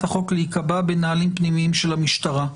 החוק להיקבע בנהלים פנימיים של המשטרה.